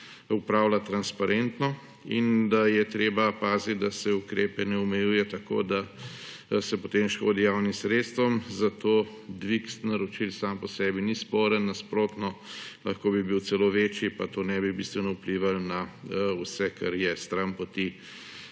upravljati transparentno in da je treba paziti, da se ukrepov ne omejuje tako, da se potem škodi javnim sredstvom, zato dvig naročil sam po sebi ni sporen, nasprotno, lahko bi bil celo večji, pa to ne bi bistveno vplivalo na vse, kar je stranpoti